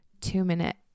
two-minute